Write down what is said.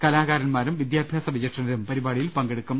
കലാ കാരന്മാരും വിദ്യാഭ്യാസ വിചക്ഷണരും പരിപാടിയിൽ പങ്കെടുക്കും